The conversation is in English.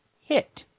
hit